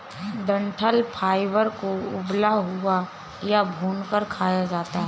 डंठल फाइबर को उबला हुआ या भूनकर खाया जाता है